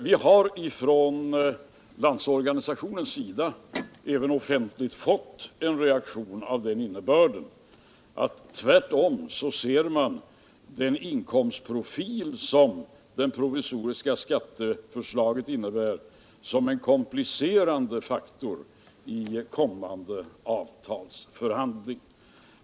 Vi har från LO även offentligt fått en reaktion av den innebörden att LO tvärtom ser den inkomstprofil som det provisoriska skatteförslaget innebär som en komplicerande faktor i kommande avtalsförhandling.